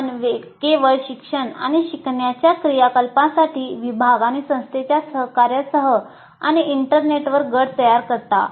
आपण केवळ शिक्षण आणि शिकण्याच्या क्रियाकलापांसाठी विभाग संस्थेच्या सहकाऱ्यासह आणि इंटरनेटवर गट तयार करता